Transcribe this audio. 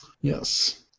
Yes